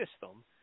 system